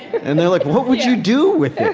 and they're like, what would you do with it?